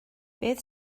beth